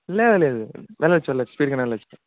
లేదు లేదు వెళ్ళచ్చు వెళ్ళచ్చు స్పీడ్గానే వెళ్ళచ్చు